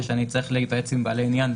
שאני צריך להיוועץ עם בעלי עניין,